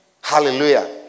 Hallelujah